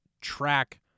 track